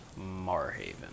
Marhaven